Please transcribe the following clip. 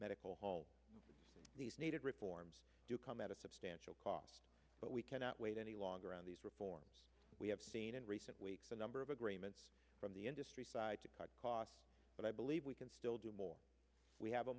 medical home these needed reforms do come at a substantial cost but we cannot wait any longer on these reforms we have seen in recent weeks a number of agreements from the industry side to cut costs but i believe we can still do more we have a